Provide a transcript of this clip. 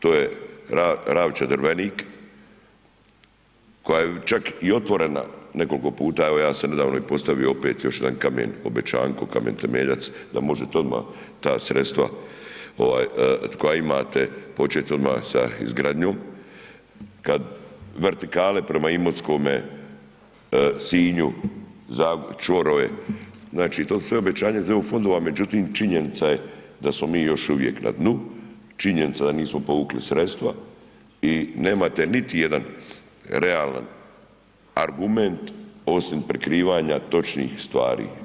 To je Ravče-Drvenik, koja je čak i otvorena nekoliko puta, evo ja sam nedavno i postavio opet još jedan kamen Obećanko, kamen temeljac da možete odmah ta sredstva koja imate, počet odmah sa izgradnjom, kad vertikale prema Imotskome, Sinju,… [[Govornik se ne razumije]] čvorove, znači, to su sve obećanja iz EU fondova, međutim, činjenica je da smo mi još uvijek na dnu, činjenica da nismo povukli sredstva i nemate niti jedan realan argument osim prikrivanja točnih stvari.